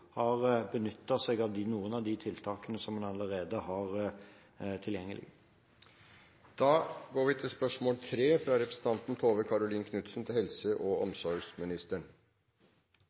har benyttet seg av noen av de tiltakene som man allerede har tilgjengelig. Jeg tillater meg å stille følgende spørsmål til helse- og omsorgsministeren: